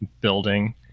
building